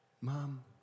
Mom